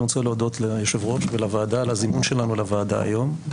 אני רוצה להודות ליושב-ראש ולוועדה על הזימון שלנו לוועדה היום,